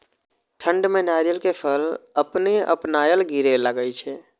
ठंड में नारियल के फल अपने अपनायल गिरे लगए छे?